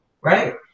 right